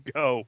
go